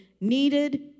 needed